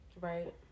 right